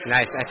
Nice